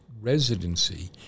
residency